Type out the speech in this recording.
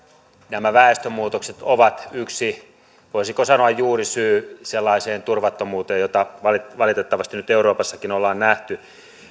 nämä väestönmuutokset ovat yksi voisiko sanoa juurisyy sellaiseen turvattomuuteen jota valitettavasti nyt euroopassakin on nähty